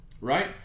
right